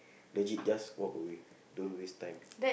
legit just walk away don't waste time